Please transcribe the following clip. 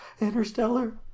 Interstellar